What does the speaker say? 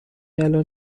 الان